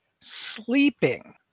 sleeping